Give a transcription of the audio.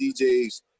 DJs